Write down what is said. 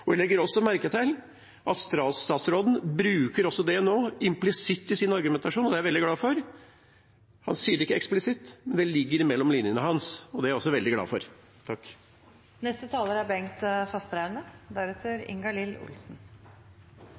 Jeg legger også merke til at statsråden nå bruker det implisitt i sin argumentasjon, og det er jeg veldig glad for. Han sier det ikke eksplisitt, men det ligger mellom linjene, og det er jeg også veldig glad for.